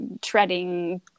treading